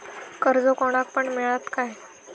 कर्ज कोणाक पण मेलता काय?